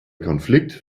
konflikt